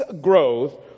growth